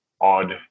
odd